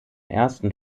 ersten